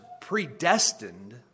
predestined